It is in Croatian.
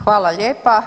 Hvala lijepa.